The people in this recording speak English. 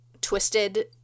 twisted